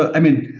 ah i mean,